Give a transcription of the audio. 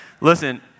Listen